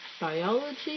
biology